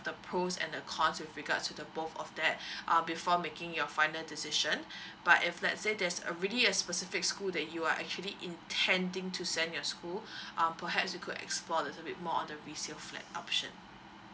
the pros and the cons with regards to the both of that uh before making your final decision but if let's say there's a really a specific school that you are actually intending to send your school um perhaps you could explore a little bit more on the resale flat option